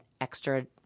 extra